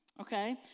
Okay